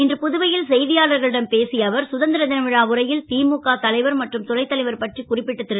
இன்று புதுவை ல் செ யாளர்களிடம் பேசிய அவர் சுதந் ர ன விழா உரை ல் முக தலைவர் மற்றும் துணைத் தலைவர் பற்றி குறிப்பிட்ட ரு